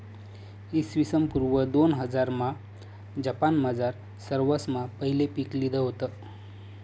इसवीसन पूर्व दोनहजारमा जपानमझार सरवासमा पहिले पीक लिधं व्हतं